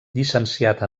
llicenciat